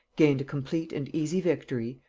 gained a complete and easy victory,